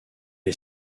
est